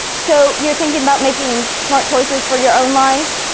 so you're thinking about making smart choices for your own life.